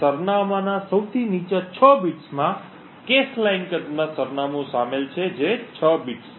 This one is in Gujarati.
સરનામાંનાં સૌથી નીચા 6 બીટ્સમાં કૅશ લાઇન કદમાં સરનામું શામેલ છે જે 6 બિટ્સ છે